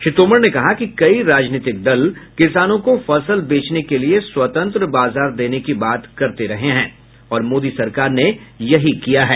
श्री तोमर ने कहा कि कई राजनीतिक दल किसानों को फसल बेचने के लिए स्वतंत्र बाजार देने की बात करते रहे हैं और मोदी सरकार ने यही किया है